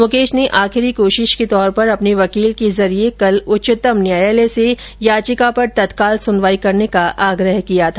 मुकेश ने आखिरी कोशिश के तौर पर अपने वकील के जरिये कल उच्चतम न्यायालय से याचिका पर तत्काल सुनवाई करने का आग्रह किया था